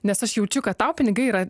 nes aš jaučiu kad tau pinigai yra